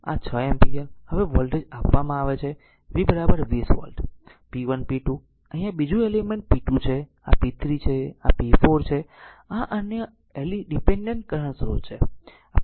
હવે વોલ્ટેજ આપવામાં આવે છે v 20 વોલ્ટ p 1 p 2 અહીં આ બીજું એલિમેન્ટ p 2 છે આ p 3 છે અને આ p 4 છે આ અન્ય ડીપેન્ડેન્ટ કરંટ સ્રોત છે